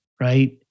right